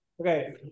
Okay